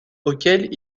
auquel